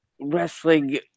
wrestling